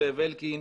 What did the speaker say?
זאב אלקין,